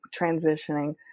transitioning